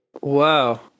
Wow